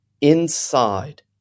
inside